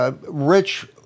Rich